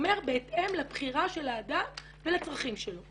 אומר בהתאם לבחירה של האדם ולצרכים שלו.